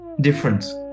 difference